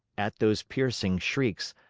at those piercing shrieks,